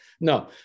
no